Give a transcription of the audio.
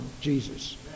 jesus